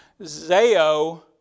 Zeo